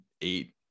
eight